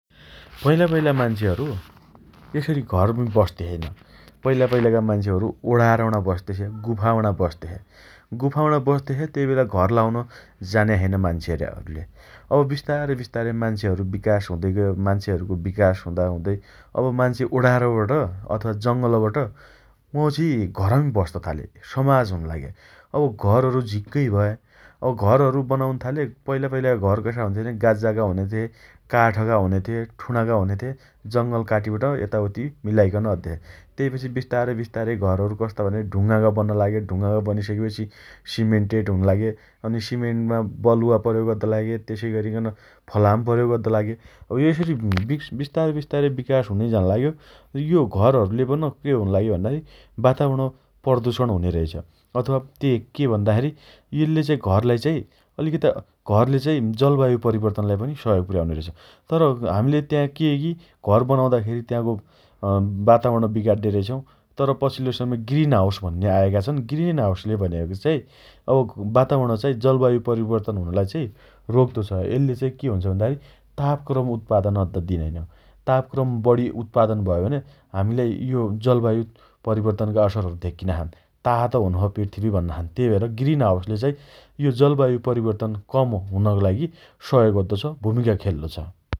पैला पैला मान्छेहरु यसरी घरमी बस्ते छेइन । पैला पैलाका मान्छेहरु ओढारम्णा बस्ते छे । गुफाम्णा बस्तेछे । गुफाम्णा बस्तेछे । तेइबेला घर लाउन जान्या छेइन मान्छेहरुले । अब विस्तार विस्तारै मान्छेहरु विकास हुँदै गए । मान्छेहरुको विकास हुँदाहुँदै अब मान्छे ओढरबट अथवा जंगलबाट वाउँछि घरमी बस्त थाले । समाज हुन लागे । अब घरहरु झिक्कै भए । अब घरहरु बनाउन्थाले । पैला पैलाका घर कसा हुने छे भने गाज्जाका हुनेछे । काठका हुनेछे । ठूणाका हुनेछे । जंगलकाटिबट यताउती मिलाइकन अद्देछे । तेइपछि विस्तारैविस्तार घरहरु कस्ता भने ढुंगाका बन्न लागे । ढुंगाका बनिसकेपछि सिमेन्टेड हुन लागे । अनि सिमेन्टमा बलुवा प्रयोग अद्द लागे । तेसइअरिकन फलाम प्रयोग अद्द लागे । यसरी विस विस्तारै विस्तार विकास हुनै झानलाग्यो । र यो घरहरुले पन के हुन लाग्यो भन्दा खेरी वातावरण प्रदुषण हुने रैछ । अथवा ते के भन्दाखेरी यल्ले घरलाई चाइ अलिकता घरले चाइ जलवायु परिवर्तनलाई पनि सहयोग पुर्याउने रहेछ । तर, हम्ले त्या के गी घर बनाउँदा खेरी त्याँको अँ वातावरण बिगाड्डे रैछौं । तर, पछिल्लो समय ग्रीन हाउस भन्ने आएका छन् । ग्रीन हाउसले भनेको चाइ वातावरण जलवायु परिवर्तन हुनलाई चाइ रोक्तोछ । यल्ले चाइ के हुन्छ भन्दाखेरी तापक्रम उत्पादन अद्द दिनैन । तापक्रम बढी उत्पादन भयो भने हमीलाई यो जलवायु परिवर्तनका असर धेक्किन लागेका छन् । तातो हुनोछ पृथ्बि भन्नाछन् । तेइ भएर ग्रीन हाउसले चाइ यो जलवायु परिवर्तन कम हुनका लागि सहयोग अद्दोछ । भूमिका खेल्लो छ ।